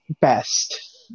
best